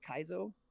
Kaizo